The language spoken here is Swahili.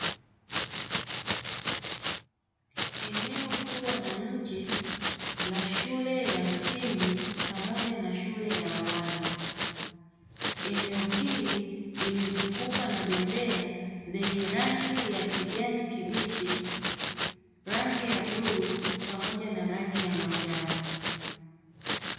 Eneo Kubwa la nje la shule ya msingi pamoja na shule ya awali, eneo hili limezungukwa na bembea zenye rangi ya kijani kibichi rangi ya bluu pamoja na rangi ya manjano.